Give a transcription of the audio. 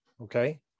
okay